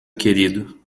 querido